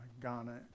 Ghana